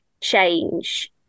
change